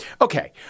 Okay